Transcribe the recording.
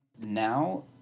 Now